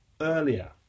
earlier